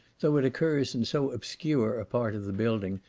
though it occurs in so obscure a part of the building,